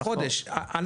או חודש.